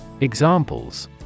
Examples